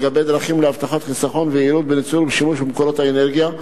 לגבי דרכים להבטחת חיסכון ויעילות בניצול ובשימוש במקורות אנרגיה,